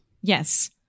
Yes